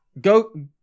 Go